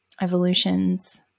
evolutions